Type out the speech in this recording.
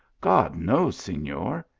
god knows, senor.